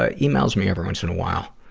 ah emails me every once in a while.